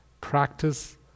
practice